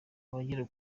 abagera